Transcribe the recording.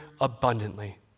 abundantly